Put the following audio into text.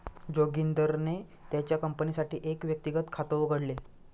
जोगिंदरने त्याच्या कंपनीसाठी एक व्यक्तिगत खात उघडले